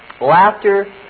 Laughter